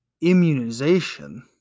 immunization